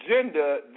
agenda